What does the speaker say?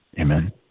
amen